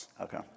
Okay